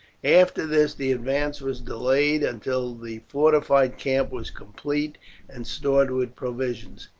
after this the advance was delayed until the fortified camp was complete and stored with provisions.